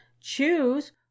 choose